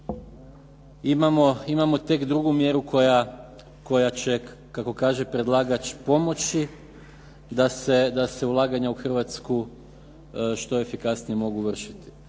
imamo tek drugu mjeru koja će kako kaže predlagač pomoći da se ulaganja u Hrvatsku što efikasnije mogu vršiti.